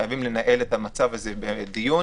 חייבים לנהל את המצב הזה בדיון,